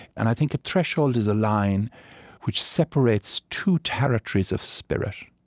and i think a threshold is a line which separates two territories of spirit,